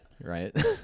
right